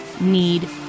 need